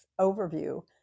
overview